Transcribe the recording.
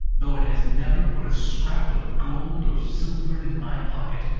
though it has never put a scrap of gold or silver in my pocket,